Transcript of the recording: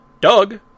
Doug